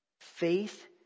Faith